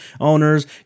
owners